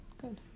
Good